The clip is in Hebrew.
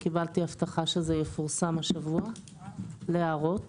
קיבלתי הבטחה שזה יפורסם השבוע להערות.